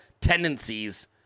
tendencies